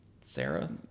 Sarah